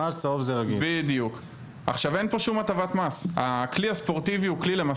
התרבות והספורט לתקציבי הספורט.